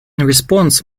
response